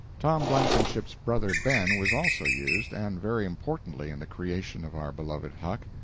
tom blankenship's brother ben was also used, and very importantly, in the creation of our beloved huck.